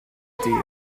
dydd